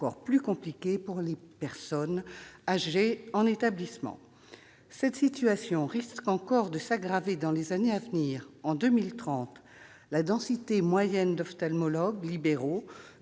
plus compliqué pour les personnes âgées en établissement. Cette situation risque encore de s'aggraver dans les années à venir. En 2030, la densité moyenne d'ophtalmologues libéraux